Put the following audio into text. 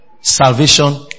Salvation